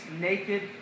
naked